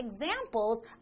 examples